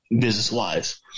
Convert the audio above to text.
business-wise